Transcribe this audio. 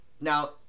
Now